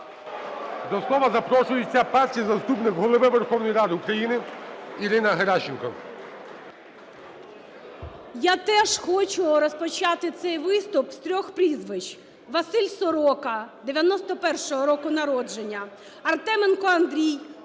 До слова запрошується Перший заступник Голови Верховної Ради України Ірина Геращенко. 21:08:50 ГЕРАЩЕНКО І.В. Я теж хочу розпочати цей виступ з трьох прізвищ: Василь Сорока, 91-го року народження. Артеменко Андрій,